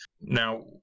Now